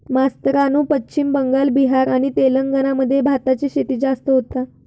मास्तरानू पश्चिम बंगाल, बिहार आणि तेलंगणा मध्ये भाताची शेती जास्त होता